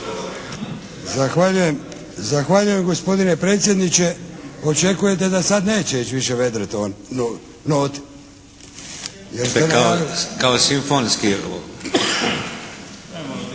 Zahvaljujem gospodine predsjedniče. Očekujete da sad neće više neće ići vedre note.